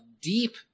deep